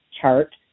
chart